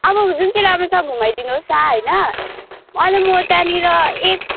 अब जुन चाहिँ राम्रो छ घुमाइदिनु होस् न होइन अनि म त्यहाँनिर एक